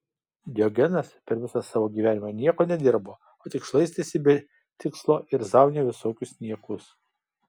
diogenas per visą savo gyvenimą nieko nedirbo o tik šlaistėsi be tikslo ir zaunijo visokius niekus